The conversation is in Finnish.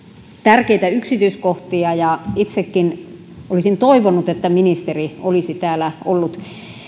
tärkeitä yksityiskohtia itsekin olisin toivonut että ministeri olisi täällä ollut tätä